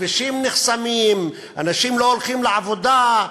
הכבישים נחסמים, אנשים לא הולכים לעבודה.